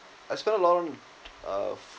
I spend a lot on uh